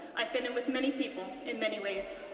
i fit in with many people in many ways.